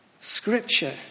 Scripture